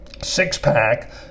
six-pack